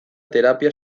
terapia